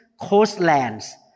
coastlands